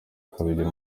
akagira